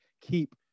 keep